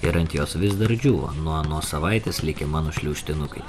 ir ant jos vis dar džiūvo nuo anos savaitės likę mano šliaužtinukai